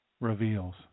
reveals